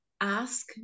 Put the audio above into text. ask